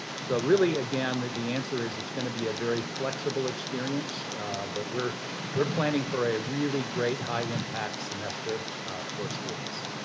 so really, again, the answer is it's going to be a very flexible experience but we're we're planning for a really great high impact semester for students.